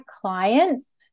clients